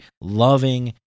loving